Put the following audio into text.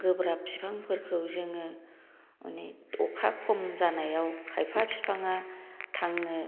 गोब्राब बिफां फोरखौ जोङो मानि अखा खम जानायाव खायफा बिफांया थांनो